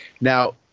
Now